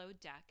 Deck